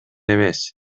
эмес